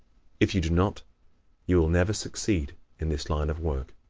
if you do not you will never succeed in this line of work.